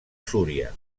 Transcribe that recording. súria